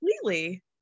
completely